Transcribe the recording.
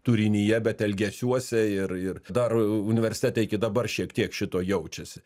turinyje bet elgesiuose ir ir dar universitete iki dabar šiek tiek šito jaučiasi